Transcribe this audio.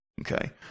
Okay